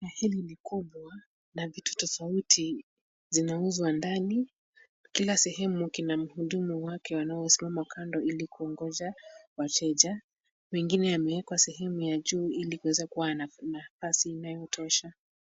Duka hili ni kubwa na vitu tofauti zinauzwa ndani. Kila sehemu kina mhudumu wake wanaosimama kando ili kuongoja wateja. Mengine yameekwa sehemu nafasi ya juu ili kuwa na nafasi inayotosha.